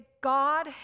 God